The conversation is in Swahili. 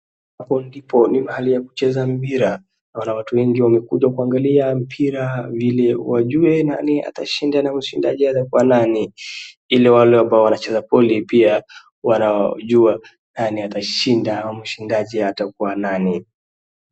Hapo ndipo ni mahali ya kucheza mpira, naona watu wengi wamekuja kuangalia mpira vile wajue nani atashinda na mshindaji atakua nani ile wale ambao wanacheza boli pia wanaojua nani atashinda ama mshindaji atakua nani.